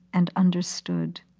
and understood.